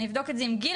אני אבדוק את זה עם גיל,